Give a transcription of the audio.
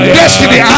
destiny